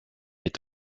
est